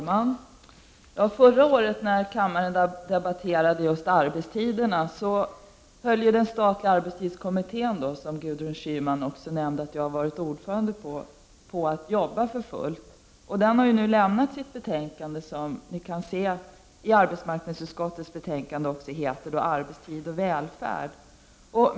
Fru talman! Förra året när kammaren debatterade arbetstider arbetade den statliga arbetstidskommittén, som Gudrun Schyman nämnde att jag har varit ordförande för, för fullt. Nu har den avlämnat sitt betänkande, som heter ”Arbetstid och välfärd”, vilket ni kan se i arbetsmarknadsutskottets betänkande.